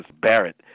Barrett